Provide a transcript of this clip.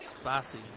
Spicy